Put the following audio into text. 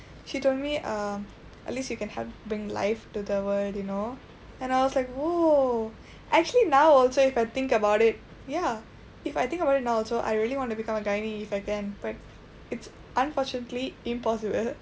she told me um at least you can help bring life to the world you know and I was like !whoa! actually now also if I think about it ya if I think about it now I also want to become a gynae if I can but it's unfortunately impossible